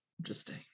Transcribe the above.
Interesting